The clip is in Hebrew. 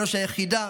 ראש היחידה,